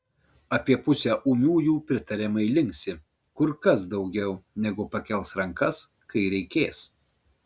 apie pusę ūmiųjų pritariamai linksi kur kas daugiau negu pakels rankas kai reikės